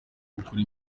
gukora